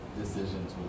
decisions